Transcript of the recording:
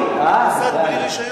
מוסד בלי רשיון.